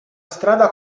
strada